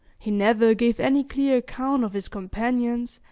he never gave any clear account of his companions,